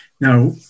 Now